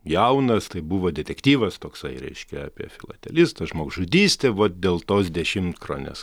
jaunas tai buvo detektyvas toksai reiškia apie filatelistą žmogžudystė vat dėl tos dešimtkronės